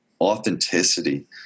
authenticity